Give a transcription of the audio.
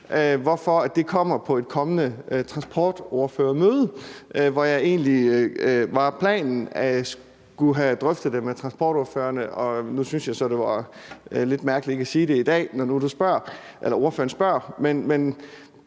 men det kommer på et kommende transportordførermøde. Det var egentlig planen, at jeg skulle have drøftet det med transportordførerne, men nu syntes jeg så, det var lidt mærkeligt ikke at sige det i dag, når ordføreren spørger til